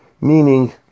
meaning